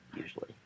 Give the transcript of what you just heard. usually